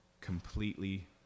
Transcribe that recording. completely